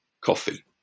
coffee